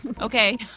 Okay